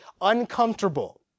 uncomfortable